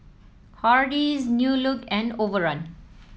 Hardy's New Look and Overrun